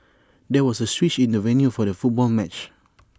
there was A switch in the venue for the football match